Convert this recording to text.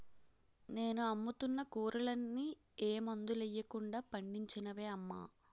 నేను అమ్ముతున్న కూరలన్నీ ఏ మందులెయ్యకుండా పండించినవే అమ్మా